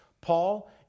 Paul